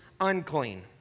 unclean